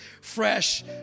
fresh